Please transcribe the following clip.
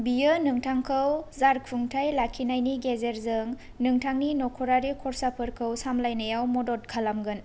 बियो नोंथांखौ जारखुंथाय लाखिनायनि गेजेरजों नोंथांनि नख'रारि खरसाफोरखौ सामलायनायाव मदद खालामगोन